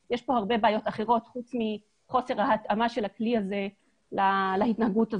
יש כאן הרבה בעיות אחרות חוץ מחוסר ההתאמה של הכלי הזה להתנהגות הזאת.